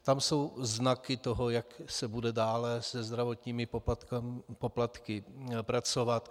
Tam jsou znaky toho, jak se bude dále se zdravotními poplatky pracovat.